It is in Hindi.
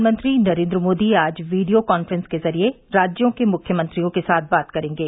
प्रधानमंत्री नरेंद्र मोदी आज वीडियो कांफ्रेंस के जरिये राज्यों के मुख्यमंत्रियों के साथ बात करेंगे